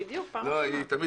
בדיוק, פעם ראשונה.